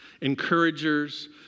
encouragers